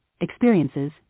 experiences